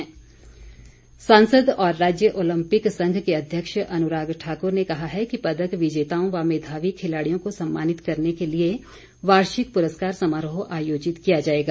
अनुराग सांसद और राज्य ओलम्पिक संघ के अध्यक्ष अनुराग ठाकुर ने कहा है कि पदक विजेताओं व मेघावी खिलाड़ियों को सम्मानित करने के लिए वार्षिक पुरस्कार समारोह आयोजित किया जाएगा